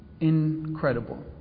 incredible